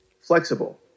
flexible